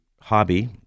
hobby